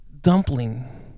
dumpling